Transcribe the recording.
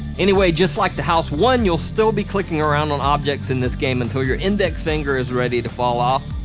anyway, just like the house one, you'll still be clicking around on objects in this game until your index finger is ready to fall off,